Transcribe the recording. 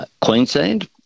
Queensland